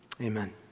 amen